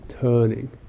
turning